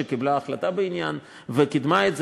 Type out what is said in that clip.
שקיבלה החלטה בעניין וקידמה את זה.